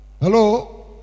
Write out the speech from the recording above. Hello